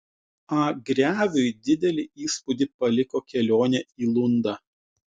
a greviui didelį įspūdį paliko kelionė į lundą